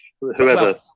whoever